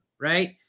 right